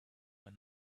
than